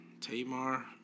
Tamar